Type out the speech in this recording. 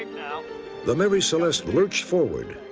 the mary celeste lurched forward.